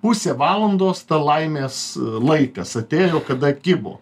pusė valandos ta laimės laikas atėjo kada kibo